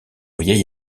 vieil